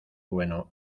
bueno